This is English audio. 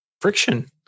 friction